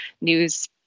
news